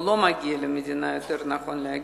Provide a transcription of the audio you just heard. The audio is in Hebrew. או יותר נכון להגיד,